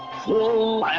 full